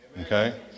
Okay